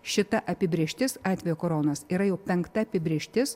šita apibrėžtis atvejo koronos yra jau penkta apibrėžtis